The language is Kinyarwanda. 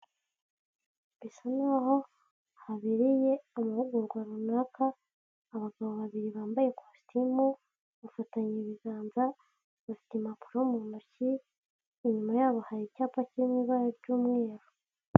Bisa n'aho habereye amahugurwa runaka, abagabo babiri bambaye kositimu, bafatanya ibiganza, bafite impapuro mu ntoki, inyuma yabo hari icyapa kiri mu ibara ry'umweru.